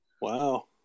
Wow